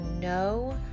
no